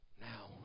Now